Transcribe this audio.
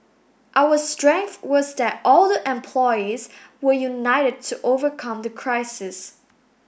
our strength was that all the employees were united to overcome the crisis